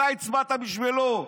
אתה הצבעת בשבילו,